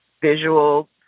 visual